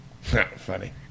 Funny